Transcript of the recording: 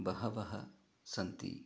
बहवः सन्ति